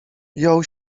jął